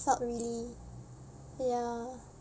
felt really ya